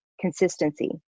consistency